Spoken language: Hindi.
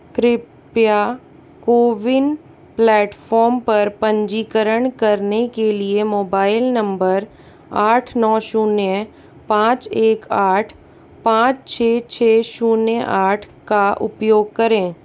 कृपया कोविन प्लेटफ़ॉर्म पर पंजीकरण करने के लिए मोबाइल नंबर आठ नौ शून्य पाँच एक आठ पाँच छह छह शून्य आठ का उपयोग करें